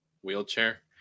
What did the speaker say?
Wheelchair